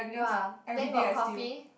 !wah! then got coffee